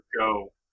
go